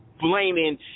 blaming